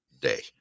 day